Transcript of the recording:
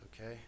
Okay